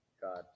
God